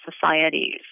societies